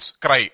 Cry